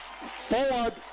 Forward